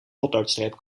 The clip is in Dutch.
potloodstreep